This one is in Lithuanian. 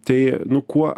tai nu kuo